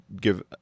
give